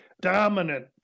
dominant